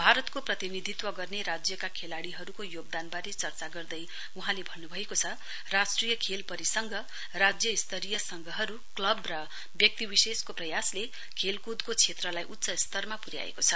भारतको प्रतिनिधित्व गर्ने राज्यका खेलाइीहरुको योगदानवारे चर्चा गर्दै वहाँले भन्नुभएको छ राष्ट्रिय खेल परिसंघ राज्य स्तरीय संघहरु क्लव र व्यक्तिविशेष प्रयासले खेलकृदको क्षेत्रलाई उच्च स्तरमा पुर्याएको छ